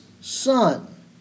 son